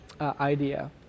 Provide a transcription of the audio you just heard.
Idea